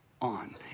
on